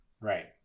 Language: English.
right